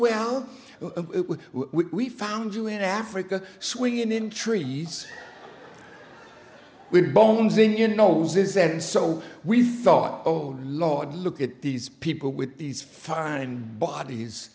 well we found you in africa swinging in trees with bones in you know this and so we thought oh lord look at these people with these find bodies